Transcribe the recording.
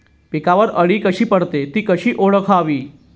पिकावर अळी कधी पडते, ति कशी ओळखावी?